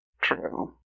True